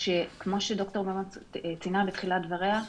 וכמו שד"ר ברגמן ציינה בתחילת דבריה,